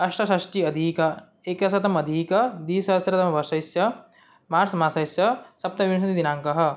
अष्टषष्ट्यधिक एकसप्तमधिक द्विसहस्रतमवर्षस्य मार्स् मासस्य सप्तविंशतिदिनाङ्कः